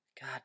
God